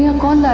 gone